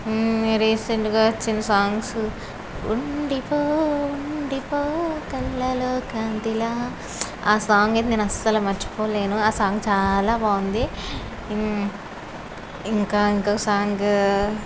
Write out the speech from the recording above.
recent గా వచ్చిన songs ఉండిపో ఉండిపో కళ్ళలో కాంతిలా ఆ సాంగ్ అయితే నేను అస్సలు మర్చిపోలేను ఆ సాంగ్ చాలా బాగుంది ఇంకా ఇంకో సాంగ్